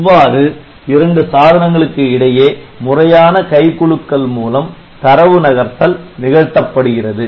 இவ்வாறு இரண்டு சாதனங்களுக்கு இடையே முறையான கை குலுக்கல் மூலம் தரவு நகர்த்தல் நிகழ்த்தப்படுகிறது